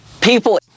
People